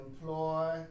employ